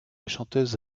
chanteuse